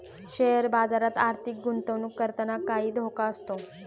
share बाजारात आर्थिक गुंतवणूक करताना काही धोका असतो